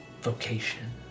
vocation